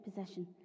possession